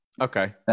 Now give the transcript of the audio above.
Okay